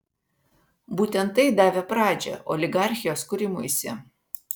būtent tai davė pradžią oligarchijos kūrimuisi